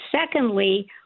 secondly